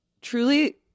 truly